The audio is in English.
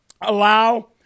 allow